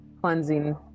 cleansing